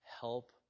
help